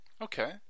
Okay